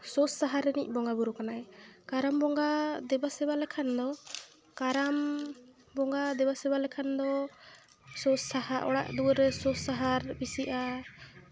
ᱥᱩᱠ ᱥᱟᱦᱟᱨ ᱨᱤᱱᱤᱡ ᱵᱚᱸᱜᱟᱼᱵᱩᱨᱩ ᱠᱟᱱᱟᱭ ᱠᱟᱨᱟᱢ ᱵᱚᱸᱜᱟ ᱫᱮᱵᱟᱼᱥᱮᱵᱟ ᱞᱮᱠᱷᱟᱱ ᱫᱚ ᱠᱟᱨᱟᱢ ᱵᱚᱸᱜᱟ ᱫᱮᱵᱟᱼᱥᱮᱵᱟ ᱞᱮᱠᱷᱟᱱ ᱫᱚ ᱥᱩᱠ ᱥᱟᱦᱟᱨ ᱚᱲᱟᱜ ᱫᱩᱣᱟᱹᱨ ᱨᱮ ᱥᱩᱠ ᱥᱟᱦᱟᱨ ᱵᱮᱥᱤᱜᱼᱟ